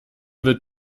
wird